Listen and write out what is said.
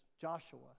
Joshua